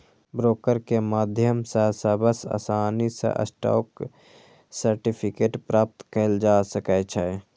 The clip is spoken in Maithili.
ब्रोकर के माध्यम सं सबसं आसानी सं स्टॉक सर्टिफिकेट प्राप्त कैल जा सकै छै